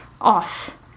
off